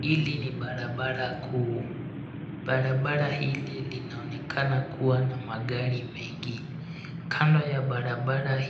Hili ni barabara kuu. Barabara hili linaonekana kuwa na magari mengi. Kando ya barabara